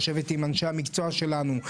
לשבת עם אנשי המקצוע שלנו,